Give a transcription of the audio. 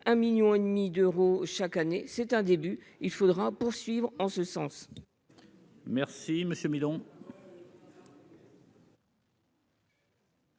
et demi d'euros chaque année, c'est un début, il faudra poursuivre en ce sens.